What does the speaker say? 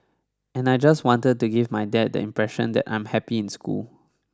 and I just wanted to give my dad the impression that I'm happy in school